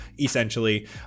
essentially